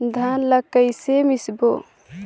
धान ला कइसे मिसबो?